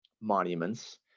monuments